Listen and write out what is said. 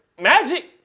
Magic